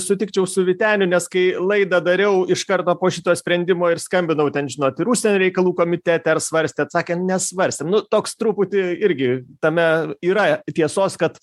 sutikčiau su vyteniu nes kai laidą dariau iš karto po šito sprendimo ir skambinau ten žinot ir užsienio reikalų komitete ar svarstėt sakė nesvarstėm nu toks truputį irgi tame yra tiesos kad